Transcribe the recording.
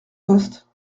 poste